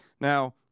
now